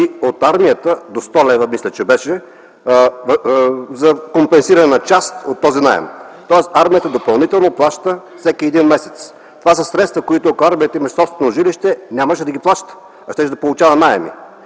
от армията до 100 лв. за компенсиране на част от този наем. Тоест армията допълнително плаща всеки един месец. Това са средства, които ако армията имаше собствени жилища, нямаше да ги плаща, щеше да получава наеми.